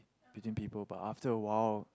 between people but after a while